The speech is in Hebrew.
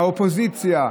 האופוזיציה,